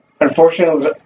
unfortunately